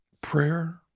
Prayer